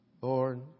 Lord